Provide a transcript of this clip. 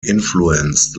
influenced